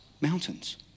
mountains